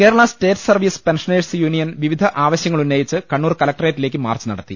Kerala state service pensioners union വിവിധ ആവശ്യങ്ങൾ ഉന്നയിച്ച് കണ്ണൂർ കലക്ടറേറ്റിലേക്ക് മാർച്ച് നട ത്തി